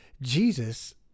Jesus